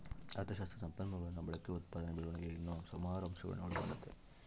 ಅಥಶಾಸ್ತ್ರ ಸಂಪನ್ಮೂಲಗುಳ ಬಳಕೆ, ಉತ್ಪಾದನೆ ಬೆಳವಣಿಗೆ ಇನ್ನ ಸುಮಾರು ಅಂಶಗುಳ್ನ ಒಳಗೊಂಡತೆ